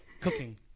Cooking